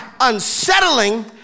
unsettling